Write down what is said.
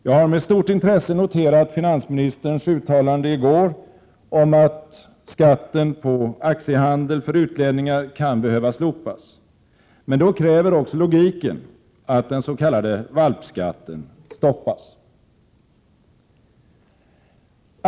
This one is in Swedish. Jag har med stort intresse noterat finansministerns uttalande i går om att skatten på aktiehandeln kan behöva slopas för utlänningar. Men då kräver logiken att den s.k. valpskatten stoppas också.